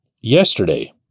yesterday